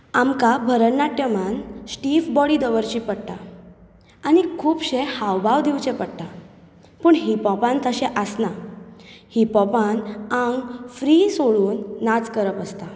आमकां भरतनाट्यमांत stiff body दवरची पडटा आनी खुबशे हावभाव दिवचे पडटा पूण हिपहॉपान तशें आसना हिपहॉपान आंग फ्री सोडून नाच करप आसता